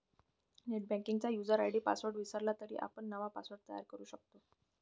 नेटबँकिंगचा user ID password विसरला तरी आपण नवा पासवर्ड तयार करू शकतो